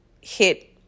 hit